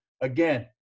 again